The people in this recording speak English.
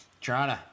Toronto